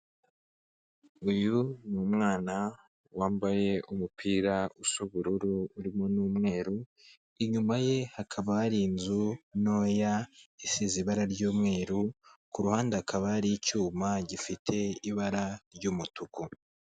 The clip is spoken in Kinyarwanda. Uyu ni umugore ubona usa nk'ukuze afite ibyishimo ku maso he ari guseka, yambaye ikanzu y'umutuku irimo umweru hagati, umusatsi we urasokoje urabona ko ugaragara neza cyane.